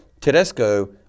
Tedesco